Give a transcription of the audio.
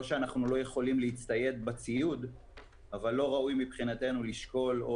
שאנחנו לא יכולים להצטייד בציוד אבל לא ראוי מבחינתנו לשקול או